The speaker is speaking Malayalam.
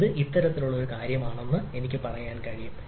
ഇത് ഇത്തരത്തിലുള്ള കാര്യമാണെന്ന് എനിക്ക് പറയാൻ കഴിയും